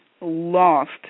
lost